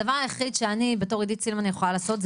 הדבר היחיד שאני בתור עידית סילמן יכולה לעשות,